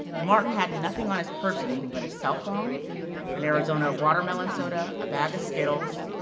martin had nothing on his person, but his cell phone and arizona watermelon soda, a bag of skittles,